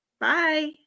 Bye